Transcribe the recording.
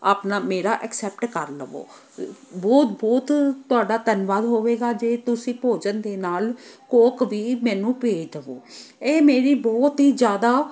ਆਪਣਾ ਮੇਰਾ ਐਕਸੈਪਟ ਕਰ ਲਵੋ ਬਹੁਤ ਬਹੁਤ ਤੁਹਾਡਾ ਧੰਨਵਾਦ ਹੋਵੇਗਾ ਜੇ ਤੁਸੀਂ ਭੋਜਨ ਦੇ ਨਾਲ ਕੋਕ ਵੀ ਮੈਨੂੰ ਭੇਜ ਦੇਵੋ ਇਹ ਮੇਰੀ ਬਹੁਤ ਹੀ ਜ਼ਿਆਦਾ